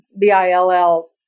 B-I-L-L